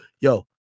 Yo